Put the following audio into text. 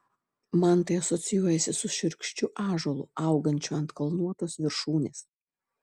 man tai asocijuojasi su šiurkščiu ąžuolu augančiu ant kalnuotos viršūnės